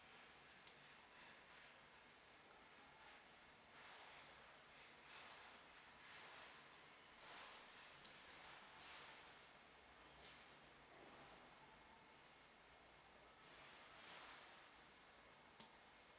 to